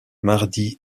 mardi